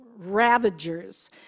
Ravagers